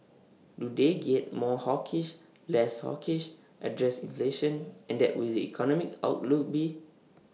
do they get more hawkish less hawkish address inflation and that will the economic outlook be